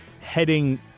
heading